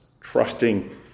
trusting